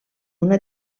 una